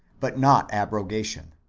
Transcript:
but not abrogation.